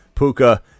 puka